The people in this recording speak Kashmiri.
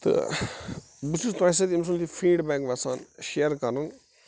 تہٕ بہٕ چھُس تۅہہِ سۭتۍ أمۍ سُنٛد یہِ فیٖڈ بیٚک یَژھان شِیر کرُن